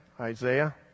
Isaiah